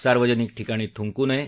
सार्वजनिक ठिकाणी थ्रंकू नये